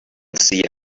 see